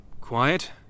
Quiet